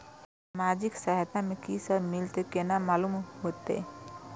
हमरा सामाजिक सहायता में की सब मिलते केना मालूम होते?